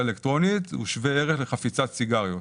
אלקטרונית הוא שווה ערך לחפיסת סיגריות.